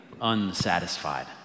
unsatisfied